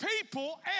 people